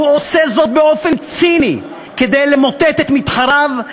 הוא עושה זאת באופן ציני כדי למוטט את מתחריו,